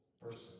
person